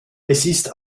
ist